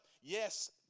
Yes